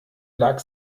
lag